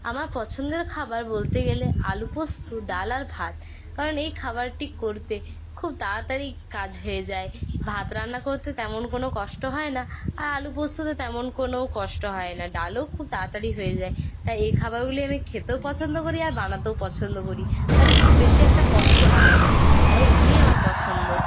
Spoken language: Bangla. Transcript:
আমার পছন্দের খাবার বলতে গেলে আলু পোস্ত ডাল আর ভাত কারণ এই খাবারটি করতে খুব তাড়াতাড়ি কাজ হয়ে যায় ভাত রান্না করতে তেমন কোনো কষ্ট হয় না আর আলু পোস্ততে তেমন কোনো কষ্ট হয় না ডালও খুব তাড়াতাড়ি হয়ে যায় তাই এই খাবারগুলি আমি খেতেও পছন্দ করি আর বানাতেও পছন্দ করি তাহলে খুব বেশি একটা কষ্ট লাগে না তাই এগুলিই আমার পছন্দ